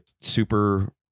super